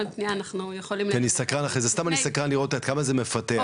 כי סתם אני סקרן לראות עד כמה זה מפתה,